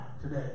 today